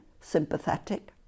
sympathetic